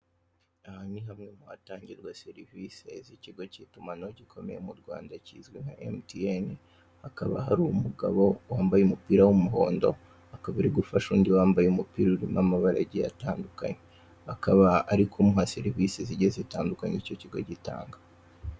Aha ni hamwe mu hatangirwa serivisi z'ikigo cy'itumanaho gikomeye mu Rwanda kizwi nka MTN, hakaba hari umugabo wambaye umupira w'umuhondo, akaba ari gufasha undi wambaye umupira urimo amabara agiye atandukanye, akaba ari kumuha serivisi zigize zitandukanye icyo kigo gitanga.